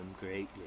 greatly